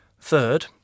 Third